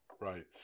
Right